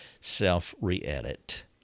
self-re-edit